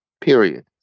period